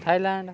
Thailand